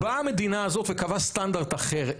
באה המדינה הזאת וקבעה סטנדרט אחר.